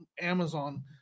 Amazon